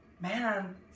Man